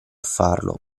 farlo